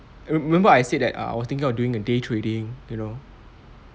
re~ remember I said that uh I was thinking of doing a day trading you know